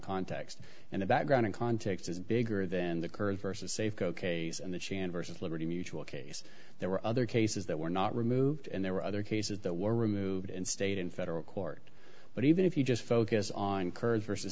context and the background and context is bigger than the curb versus safeco case and the chance versus liberty mutual case there were other cases that were not removed and there were other cases that were removed and state in federal court but even if you just focus on kurds versus